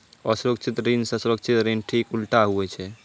असुरक्षित ऋण से सुरक्षित ऋण ठीक उल्टा हुवै छै